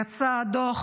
יצא דוח